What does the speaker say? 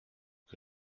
que